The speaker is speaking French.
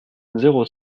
zéro